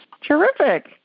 Terrific